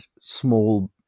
small